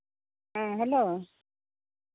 ᱦᱮᱸ ᱦᱮᱞᱳ